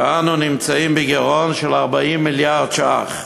כי אנו נמצאים בגירעון של 40 מיליארד ש"ח,